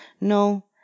No